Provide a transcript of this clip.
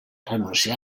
renuncià